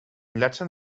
latin